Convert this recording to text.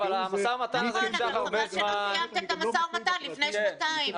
אבל חבל שלא סיימתם את המשא ומתן לפני שנתיים.